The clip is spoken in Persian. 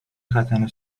ختنه